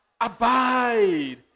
Abide